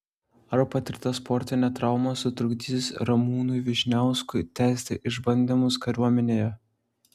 ar patirta sportinė trauma sutrukdys ramūnui vyšniauskui tęsti išbandymus kariuomenėje